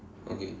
okay